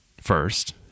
first